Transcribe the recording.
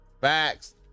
facts